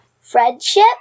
Friendship